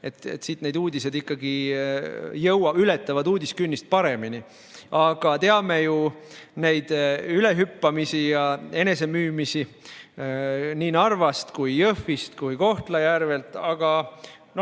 – siin need uudised ületavad uudiskünnist paremini. Aga teame ju neid ülehüppamisi ja enesemüümisi nii Narvast, Jõhvist kui ka Kohtla-Järvelt. Aga no